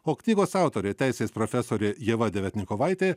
o knygos autorė teisės profesorė ieva deviatnikovaitė